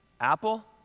Apple